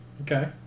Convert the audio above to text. Okay